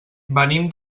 venim